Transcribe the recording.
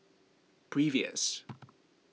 previous